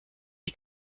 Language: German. die